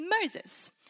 Moses